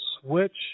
switch